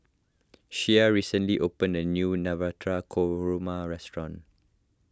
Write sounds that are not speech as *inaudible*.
Shea recently opened a new *unintelligible* Korma restaurant